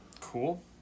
Cool